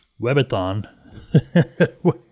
webathon